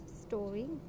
story